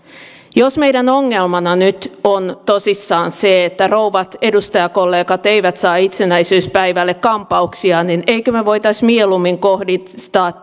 jos meidän ongelmanamme nyt on tosissaan se että rouvat edustajakollegat eivät saa itsenäisyyspäivälle kampauksia niin emmekö me voisi mieluummin kohdistaa